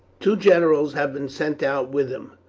two generals have been sent out with him,